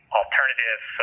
alternative